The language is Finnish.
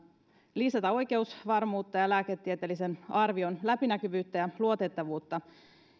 lisätä oikeusvarmuutta ja lääketieteellisen arvion läpinäkyvyyttä ja luotettavuutta